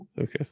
okay